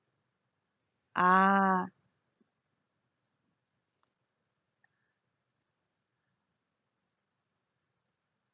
ah